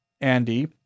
Andy